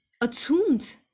attuned